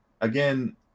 again